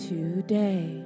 Today